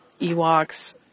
Ewoks